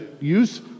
use